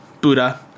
Buddha